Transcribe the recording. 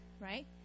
right